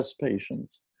patients